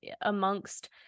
amongst